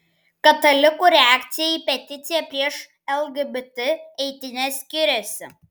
katalikų reakcija į peticiją prieš lgbt eitynes skiriasi